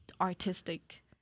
Artistic